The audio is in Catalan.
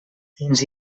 fins